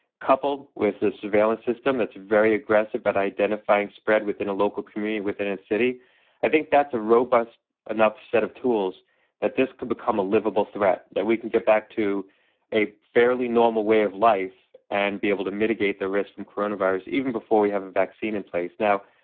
coupled with a surveillance system that's very aggressive at identifying spread within a local community, within a city i think that's a robust-enough set of tools that this could become a livable threat, that we can get back to a fairly normal way of life and be able to mitigate the risk from coronavirus even before we have a vaccine in place. now,